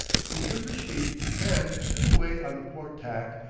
he trimmed the sheet and stood away on the port tack,